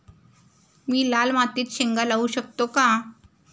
मी लाल मातीत शेंगा लावू शकतो का?